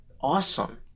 awesome